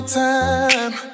time